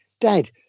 Dad